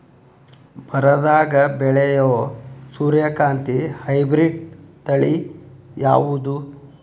ಬರದಾಗ ಬೆಳೆಯೋ ಸೂರ್ಯಕಾಂತಿ ಹೈಬ್ರಿಡ್ ತಳಿ ಯಾವುದು?